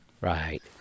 Right